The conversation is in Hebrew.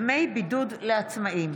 (דמי בידוד לעצמאים),